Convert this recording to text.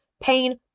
pain